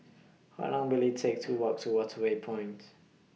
How Long Will IT Take to Walk to Waterway Point